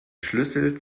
schlüssel